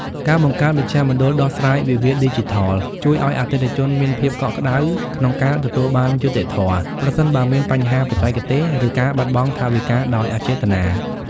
ការបង្កើត មជ្ឈមណ្ឌលដោះស្រាយវិវាទឌីជីថល ជួយឱ្យអតិថិជនមានភាពកក់ក្ដៅក្នុងការទទួលបានយុត្តិធម៌ ប្រសិនបើមានបញ្ហាបច្ចេកទេស ឬការបាត់បង់ថវិកាដោយអចេតនា។